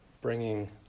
Bringing